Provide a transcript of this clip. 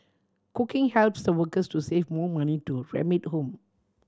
cooking helps the workers to save more money to remit home